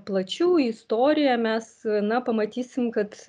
plačiau į istoriją mes na pamatysim kad